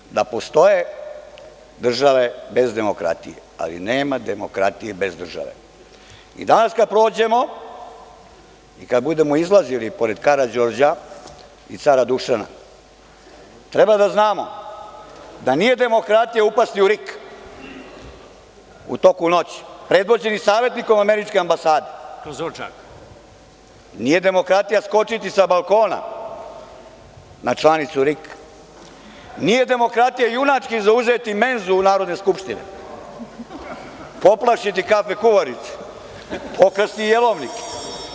Zato kažem da postoje države bez demokratije, ali nema demokratije bez države i danas kada prođemo, kada budemo izlazili pored Karađorđa i cara Dušana treba da znamo da nije demokratija upasti u RIK u toku noći predvođeni savetnikom Američke ambasade, nije demokratija skočiti sa balkona na članicu RIK, nije demokratija junački zauzeti menzu Narodne skupštine, poplašiti kafe kuvarice, pokrasti jelovnike